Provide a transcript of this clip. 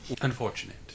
Unfortunate